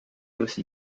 aussi